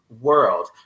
world